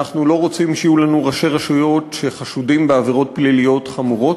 אנחנו לא רוצים שיהיו לנו ראשי רשויות שחשודים בעבירות פליליות חמורות.